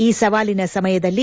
ಈ ಸವಾಲಿನ ಸಮಯದಲ್ಲಿ